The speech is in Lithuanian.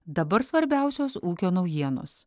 dabar svarbiausios ūkio naujienos